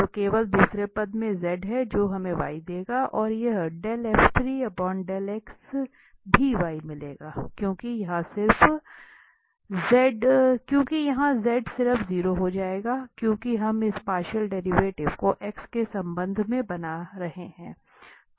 तो केवल दूसरा पद में z है जो हमें y देगा और यह भी y मिलेगा क्योंकि यहां यह z सिर्फ 0 हो जाएगा क्योंकि हम इस पार्शियल डेरिवेटिव को x के संबंध में बना रहे हैं